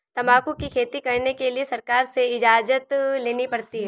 तंबाकू की खेती करने के लिए सरकार से इजाजत लेनी पड़ती है